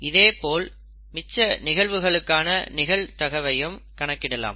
இதேபோல் மிச்ச நிகழ்வுகளுக்கான நிகழ்தகவையும் கணக்கிடலாம்